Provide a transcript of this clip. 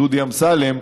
דודי אמסלם,